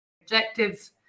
objectives